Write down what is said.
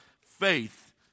faith